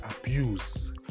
abuse